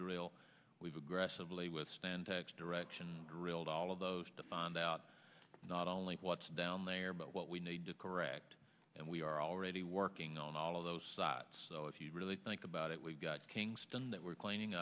drill we've aggressively withstand direction drilled all of those to find out not only what's down there but what we need to correct and we are already working on all of those dots so if you really think about it we've got kingston that we're cleaning